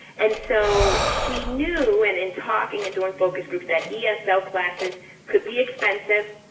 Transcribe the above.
and so she knew and in talking and doing focus groups that esl classes could be expensive,